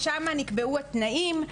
ושם נקבעו התנאים,